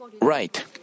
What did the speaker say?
right